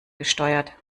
gesteuert